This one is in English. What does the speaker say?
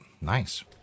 Nice